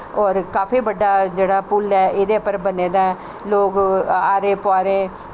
होर काफी बड्डा जेह्ड़ा पुल ऐ एह्दे उप्पर बने दा ऐ लोग आरें पारें